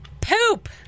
Poop